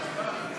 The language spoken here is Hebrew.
להצביע.